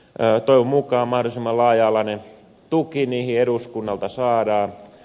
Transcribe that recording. toivon mukaan mahdollisimman laaja alainen tuki niihin eduskunnalta saadaan